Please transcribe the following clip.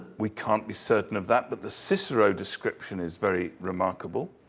we can't be certain of that, but the cicero description is very remarkable.